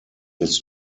ist